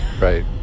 Right